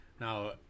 Now